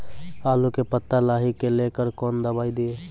आलू के पत्ता लाही के लेकर कौन दवाई दी?